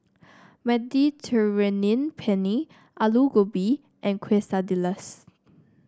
Mediterranean Penne Alu Gobi and Quesadillas